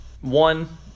one